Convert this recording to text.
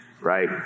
right